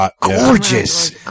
gorgeous